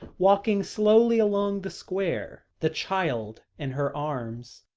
walking slowly along the square, the child in her arms.